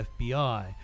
FBI